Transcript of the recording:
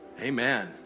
amen